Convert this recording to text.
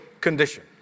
condition